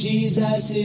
Jesus